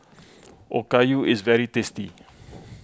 Okayu is very tasty